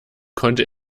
konnte